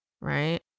right